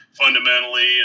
fundamentally